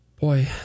Boy